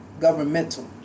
Governmental